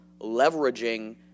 leveraging